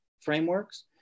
frameworks